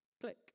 Click